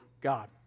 God